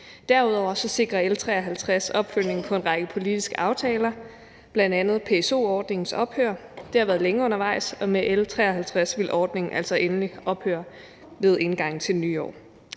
Derudover sikrer L 53 opfølgning på en række politiske aftaler, bl.a. om PSO-ordningens ophør. Det har været længe undervejs, og med L 53 vil ordningen altså endeligt ophøre ved indgangen til det